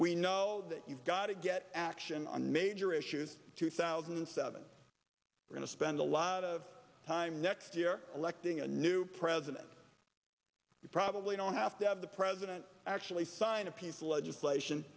we know that you've got to get action on major issues two thousand and seven going to spend a lot of time next year electing a new president you probably don't have to have the president actually sign a piece of legislation